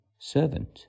servant